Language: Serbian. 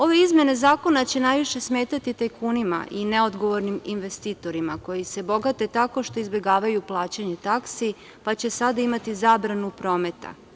Ove izmene zakona će najviše smetati tajkunima i neodgovornim investitorima koji se bogate tako što izbegavaju plaćanje taksi, pa će sada imati zabranu prometa.